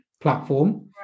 platform